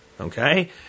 Okay